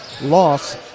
loss